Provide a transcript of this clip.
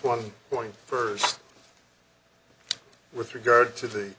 one point first with regard to the